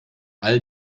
all